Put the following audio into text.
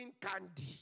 candy